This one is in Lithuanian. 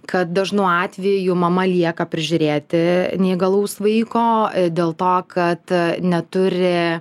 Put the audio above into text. kad dažnu atveju mama lieka prižiūrėti neįgalaus vaiko dėl to kad neturi